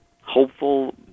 hopeful